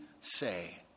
say